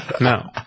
No